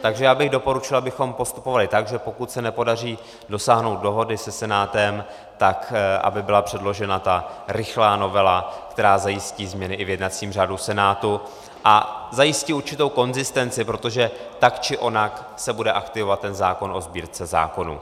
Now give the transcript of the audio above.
Takže já bych doporučil, abychom postupovali tak, že pokud se nepodaří dosáhnout dohody se Senátem, tak aby byla předložena ta rychlá novela, která zajistí změny i v jednacím řádu Senátu a zajistí určitou konzistenci, protože tak či onak se bude aktivovat ten zákon o Sbírce zákonů.